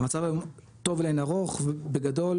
המצב טוב לאין ערוך ובגדול,